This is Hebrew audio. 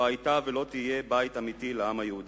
היתה ולא תהיה בית אמיתי לעם היהודי.